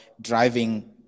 driving